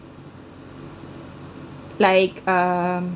like um